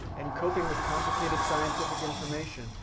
and coping with complicated scientific information,